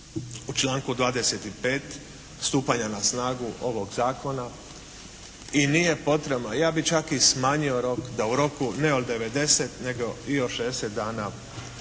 u članku 25. stupanja na snagu ovog Zakona i nije potrebno, ja bih čak i smanjio rok da u roku ne od 90, nego i od 60 dana